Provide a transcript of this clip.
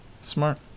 smart